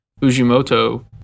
Ujimoto